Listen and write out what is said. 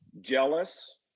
jealous